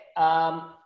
Okay